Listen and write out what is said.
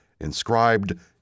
inscribed